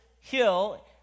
hill